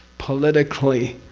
politically,